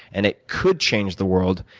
and it could change the world,